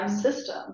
system